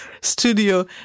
studio